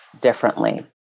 differently